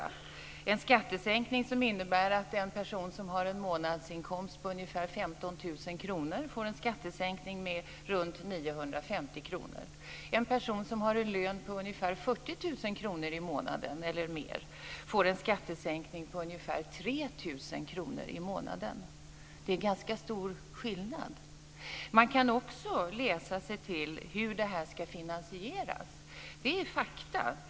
Det är en skattesänkning som innebär att en person som har en månadsinkomst på ungefär En person som har en lön på ungefär 40 000 kr i månaden eller mer får en skattesänkning på ungefär 3 000 kr i månaden. Det är ganska stor skillnad. Man kan också läsa sig till hur det här ska finansieras. Det är fakta.